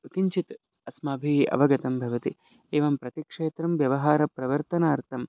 किञ्चित् अस्माभिः अवगतं भवति एवं प्रतिक्षेत्रं व्यवहारं प्रवर्तनार्थम्